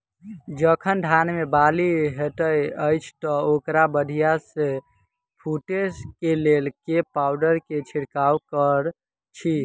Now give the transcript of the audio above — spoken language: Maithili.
जखन धान मे बाली हएत अछि तऽ ओकरा बढ़िया सँ फूटै केँ लेल केँ पावडर केँ छिरकाव करऽ छी?